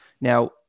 Now